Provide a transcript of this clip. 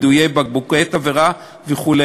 יידוי בקבוקי תבערה ועוד.